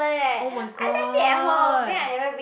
oh-my-god